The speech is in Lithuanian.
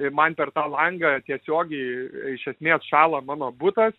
ir man per tą langą tiesiogiai iš esmės šąla mano butas